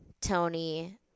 tony